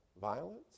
violence